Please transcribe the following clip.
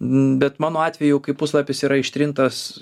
bet mano atveju kai puslapis yra ištrintas